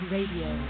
Radio